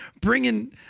bringing